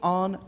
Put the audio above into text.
on